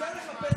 תעשה לך,